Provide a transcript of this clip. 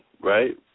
right